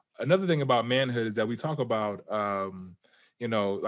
another thing about manhood is that we talk about, um you know,